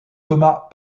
thomas